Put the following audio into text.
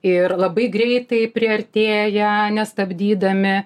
ir labai greitai priartėja nestabdydami